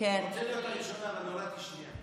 רוצה להיות הראשונה אבל נולדתי שנייה.